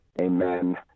amen